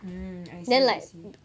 mm I see I see